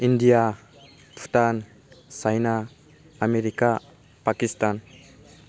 India Bhutan China America Pakistan